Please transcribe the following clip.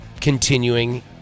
continuing